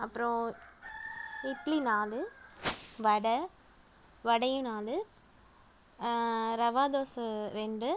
அப்புறோம் இட்லி நாலு வடை வடையும் நாலு ரவா தோசை ரெண்டு